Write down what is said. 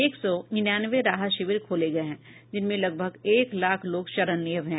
एक सौ निन्यानवे राहत शिविर खोले गये हैं जिनमें लभगग एक लाख लोग शरण लिये हुये हैं